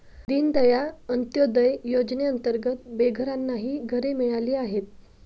दीनदयाळ अंत्योदय योजनेअंतर्गत बेघरांनाही घरे मिळाली आहेत